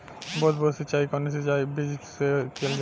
बूंद बूंद सिंचाई कवने सिंचाई विधि के कहल जाला?